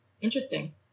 Interesting